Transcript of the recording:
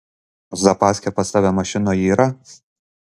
zapaskė pas tave mašinoj yra